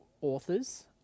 authors